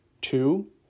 two